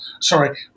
sorry